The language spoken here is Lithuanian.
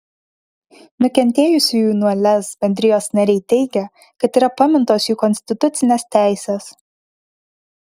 nukentėjusiųjų nuo lez bendrijos nariai teigia kad yra pamintos jų konstitucinės teisės